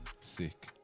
Sick